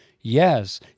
Yes